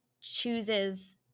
chooses